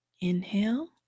Inhale